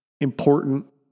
important